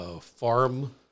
Farm